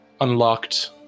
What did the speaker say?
unlocked